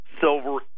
Silver